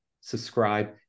subscribe